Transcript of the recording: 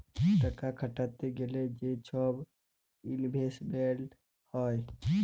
টাকা খাটাইতে গ্যালে যে ছব ইলভেস্টমেল্ট হ্যয়